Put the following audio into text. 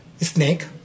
snake